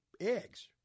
eggs